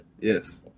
Yes